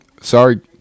sorry